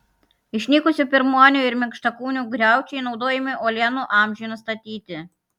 išnykusių pirmuonių ir minkštakūnių griaučiai naudojami uolienų amžiui nustatyti